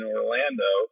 Orlando